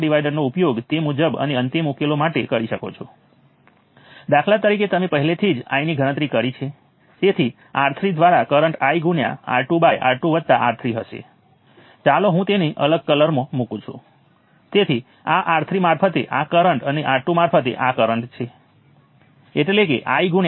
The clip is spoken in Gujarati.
રેફરન્સ નોડ એ એક નોડ હશે કે જેના ઉપર હું KCL સમીકરણ લખી રહ્યો નથી